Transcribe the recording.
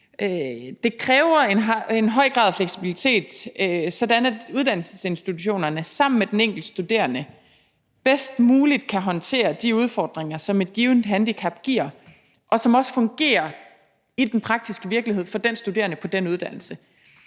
Det kræver en høj grad af fleksibilitet, sådan at uddannelsesinstitutionerne sammen med den enkelte studerende bedst muligt kan håndtere de udfordringer, som et givent handicap giver, og som også fungerer i den praktiske virkelighed for den studerende på den uddannelse.